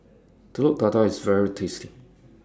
Telur Dadah IS very tasty